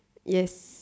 yes